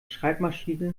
schreibmaschine